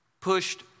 pushed